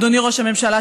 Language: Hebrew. אדוני ראש הממשלה,